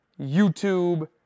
YouTube